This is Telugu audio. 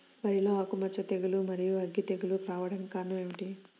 వరిలో ఆకుమచ్చ తెగులు, మరియు అగ్గి తెగులు రావడానికి కారణం ఏమిటి?